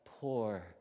poor